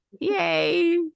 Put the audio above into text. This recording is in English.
Yay